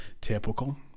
typical